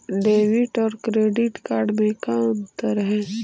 Debit और credit card में का अंतर है?